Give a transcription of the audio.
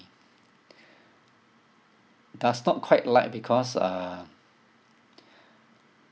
does not quite like because uh